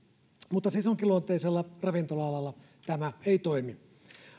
mutta sesonkiluonteisella ravintola alalla tämä ei toimi